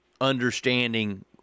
understanding